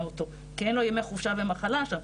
אותו כי אין לו ימי חופשה ומחלה שם.